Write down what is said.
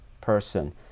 person